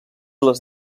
les